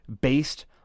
based